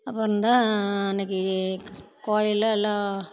அப்புறந்தான் அன்னைக்கி கோயில்ல எல்லாம்